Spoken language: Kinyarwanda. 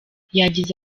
yagize